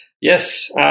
yes